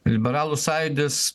liberalų sąjūdis